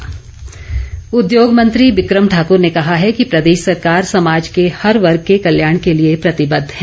बिक्रम ठाकुर उद्योग मंत्री बिक्रम ठाकूर ने कहा है कि प्रदेश सरकार समाज के हर वर्ग के कल्याण के लिए प्रतिबद्ध है